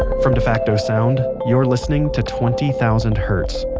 from defacto sound, you're listening to twenty thousand hertz.